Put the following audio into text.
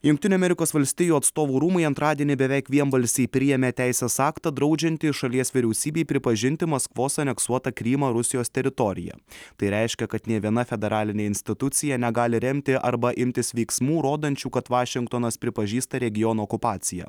jungtinių amerikos valstijų atstovų rūmai antradienį beveik vienbalsiai priėmė teisės aktą draudžiantį šalies vyriausybei pripažinti maskvos aneksuotą krymą rusijos teritorija tai reiškia kad nė viena federalinė institucija negali remti arba imtis veiksmų rodančių kad vašingtonas pripažįsta regiono okupaciją